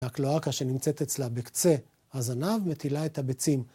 והקלועקה שנמצאת אצלה בקצה הזנב מטילה את הבצים.